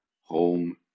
home